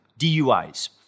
DUIs